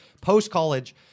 post-college